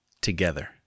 together